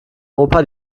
opa